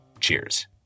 Cheers